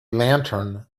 lantern